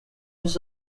was